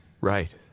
Right